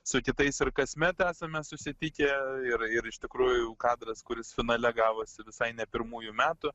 su kitais ir kasmet esame susitikę ir ir iš tikrųjų kadras kuris finale gavosi visai ne pirmųjų metų